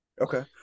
Okay